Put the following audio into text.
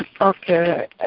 Okay